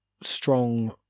strong